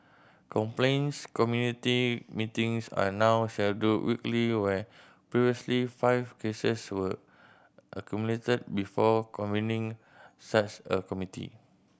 complaints community meetings are now scheduled weekly where previously five cases were accumulated before convening such a committee